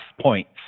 points